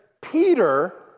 Peter